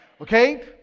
Okay